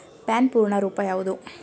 PAN ಪೂರ್ಣ ರೂಪ ಯಾವುದು?